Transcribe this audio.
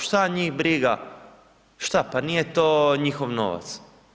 Šta njih briga, šta, pa nije to njihov novac.